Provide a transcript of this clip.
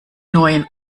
neuen